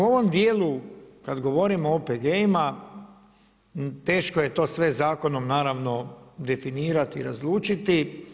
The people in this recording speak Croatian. U ovom dijelu kad govorimo o OPG-ima teško je to sve zakonom naravno definirati, razlučiti.